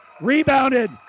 Rebounded